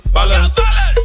Balance